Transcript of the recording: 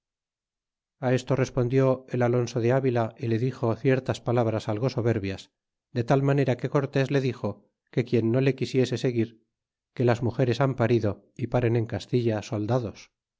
a esto respondió el alonso de avila y le dixo ciertas palabras algo soberbias de tal manera que cortés le dixo que quien no le quisiese seguir que las mueres han parido y paren en castilla soldados